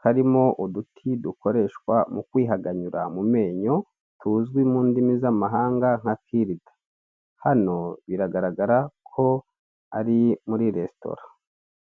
karimo uduti dukoreshwa mu kwihaganyura mu menyo, tuzwi mu ndimi z'amahanga nka kirida. Hano biragaragara ko ari muri resitora.